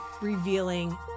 revealing